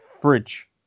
fridge